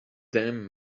damn